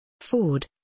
Ford